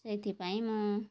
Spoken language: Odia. ସେଇଥିପାଇଁ ମୁଁ